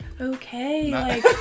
okay